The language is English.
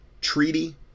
treaty